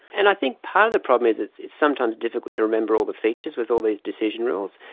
and i think part of the problem is it's it's sometimes difficult to remember all the features with all these decision rules,